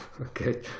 okay